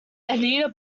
anita